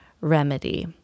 remedy